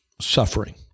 suffering